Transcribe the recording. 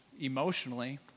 emotionally